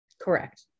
Correct